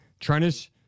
Trennis